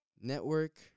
network